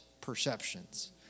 perceptions